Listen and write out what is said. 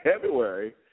February